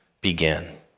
begin